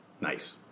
Nice